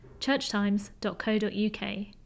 churchtimes.co.uk